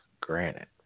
granite